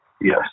Yes